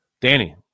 Danny